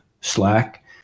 Slack